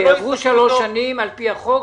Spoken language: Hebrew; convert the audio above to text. עברו שלוש שנים לפי החוק,